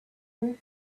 with